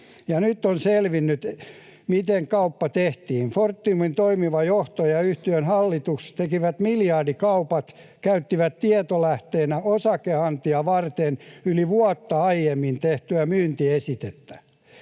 nyt on selvinnyt, miten kauppa tehtiin: Fortumin toimiva johto ja yhtiön hallitus tekivät miljardikaupat ja käyttivät tietolähteenään osakeantia varten yli vuotta aiemmin tehtyä myyntiesitettä.